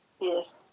yes